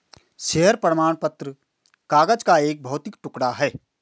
share प्रमाण पत्र कागज का एक भौतिक टुकड़ा है